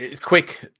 quick